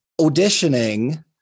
auditioning